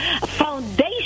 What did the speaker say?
foundation